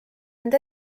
end